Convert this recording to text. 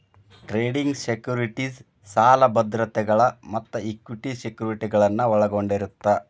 trading securities ಸಾಲ ಭದ್ರತೆಗಳ ಮತ್ತ ಇಕ್ವಿಟಿ ಸೆಕ್ಯುರಿಟಿಗಳನ್ನ ಒಳಗೊಂಡಿರತ್ತ